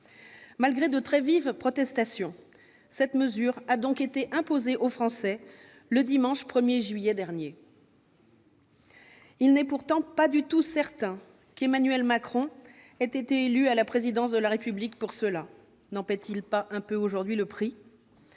Malgré de très vives protestations, cette mesure a donc été imposée aux Français le dimanche 1 juillet dernier. Il n'est pourtant pas du tout certain qu'Emmanuel Macron ait été élu à la présidence de la République pour cela. Peut-être en paye-t-il un peu le prix